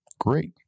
great